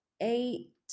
eight